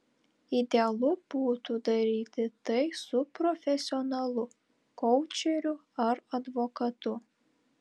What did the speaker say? idealu būtų daryti tai su profesionalu koučeriu ar advokatu